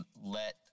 let